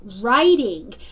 writing